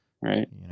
right